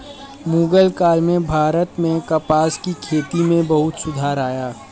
मुग़ल काल में भारत में कपास की खेती में बहुत सुधार आया